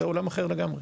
זה עולם אחר לגמרי.